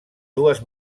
dues